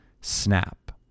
snap